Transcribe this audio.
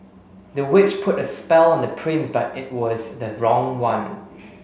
the witch put a spell on the prince but it was the wrong one